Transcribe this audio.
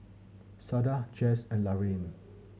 Sada Jess and Laraine